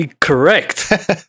Correct